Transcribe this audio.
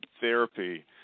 therapy